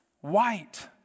white